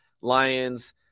lions